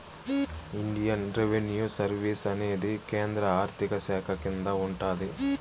Indian revenue service అనేది కేంద్ర ఆర్థిక శాఖ కింద ఉంటాది